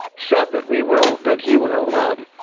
said that we will. that he will um